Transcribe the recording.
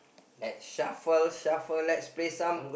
at shuffle shuffle let's play some